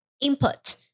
input